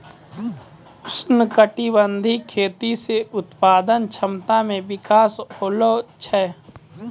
उष्णकटिबंधीय खेती से उत्पादन क्षमता मे विकास होलो छै